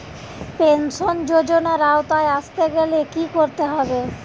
Pension যজোনার আওতায় আসতে গেলে কি করতে হবে?